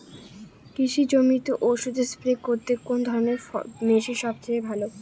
কৃষি জমিতে ওষুধ স্প্রে করতে কোন ধরণের মেশিন সবচেয়ে ভালো?